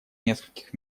нескольких